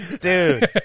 Dude